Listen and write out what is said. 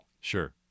Sure